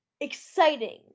exciting